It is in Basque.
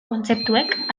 kontzeptuek